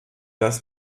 das